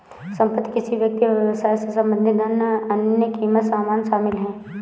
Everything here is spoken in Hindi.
संपत्ति किसी व्यक्ति या व्यवसाय से संबंधित धन और अन्य क़ीमती सामान शामिल हैं